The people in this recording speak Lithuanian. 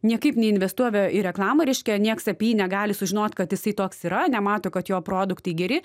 niekaip neinvestuove į reklamą reiškia nieks apie jį negali sužinot kad jisai toks yra nemato kad jo produktai geri